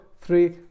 three